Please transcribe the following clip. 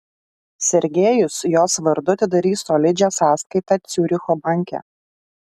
sergejus jos vardu atidarys solidžią sąskaitą ciuricho banke